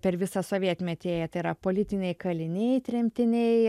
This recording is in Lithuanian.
per visą sovietmetį tai yra politiniai kaliniai tremtiniai